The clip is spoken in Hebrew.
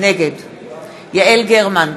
נגד יעל גרמן,